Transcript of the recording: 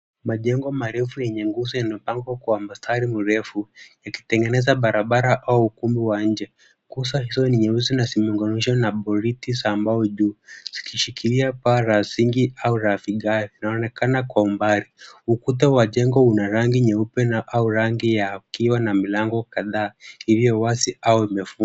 Majengo marefu yenye nguzo yenye mpango kwa mstari mrefu, yakitengeneza barabara au ukumbi wa nje. Kosa hizo ni nyeusi na zimeunganishwa na buriti za mbau juu zikishikilia paa la sinki au rafigae zinaonekana kwa umbali, ukuta wa jengo una rangi nyeupe na au rangi ya kiwa na milango kadhaa iliyo wazi au imefungwa.